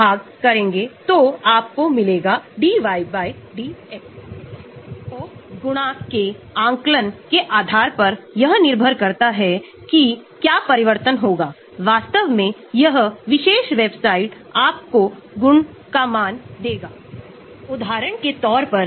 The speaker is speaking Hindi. तो इलेक्ट्रॉन दान समूह इलेक्ट्रॉन दान करने वाले समूह जो हमारे पास हैं OR OH हमारे पास इलेक्ट्रॉन दान समूह हैं जबकि इलेक्ट्रॉन वापस लेने वाला समूह हमारे यहां X है